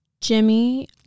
Jimmy